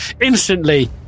instantly